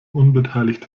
unbeteiligt